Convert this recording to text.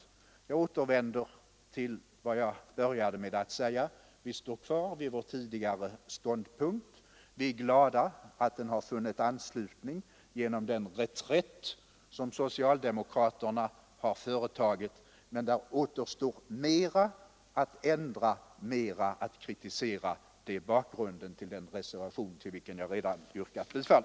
Jag återvänder därför till vad jag började med att säga: Vi står kvar vid vår tidigare ståndpunkt, och vi är glada att den delvis har vunnit anslutning genom den reträtt som socialdemokraterna har företagit. Men där återstår mera att ändra, mera att kritisera. Det är bakgrunden till reservationen 1, till vilken jag redan yrkat bifall.